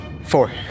Four